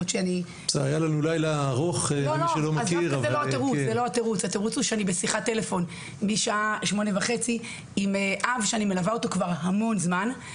אני בשיחת טלפון משעה שמונה וחצי עם אב שאני מלווה אותו כבר המון זמן,